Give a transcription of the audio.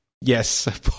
Yes